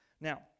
Now